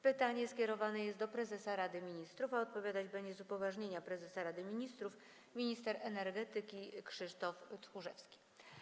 Pytanie skierowane jest do prezesa Rady Ministrów, a odpowiadać będzie, z upoważnienia prezesa Rady Ministrów, minister energii Krzysztof Tchórzewski.